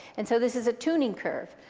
and so this is a tuning curve.